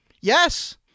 yes